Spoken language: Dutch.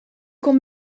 kon